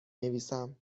نویسم